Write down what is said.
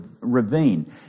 ravine